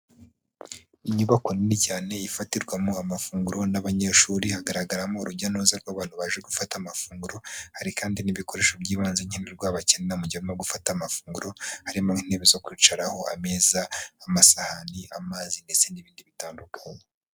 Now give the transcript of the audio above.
Inyubako nini cyane ifatirwamo amafunguro n'abanyeshuri hagaragaramo urujya m'uruza rw'abantu baje gufata amafunguro, hari kandi n'ibikoresho by'ibanze nkenerwa bakenera mu gihe barimo gufata amafunguro, harimo intebe zo kwicaraho, ameza, amasahani, amazi ndetse n'ibindi bitandukanye.